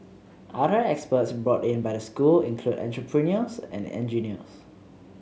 other experts brought in by the school include entrepreneurs and engineers